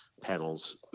panels